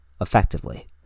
effectively